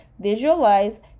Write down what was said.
visualize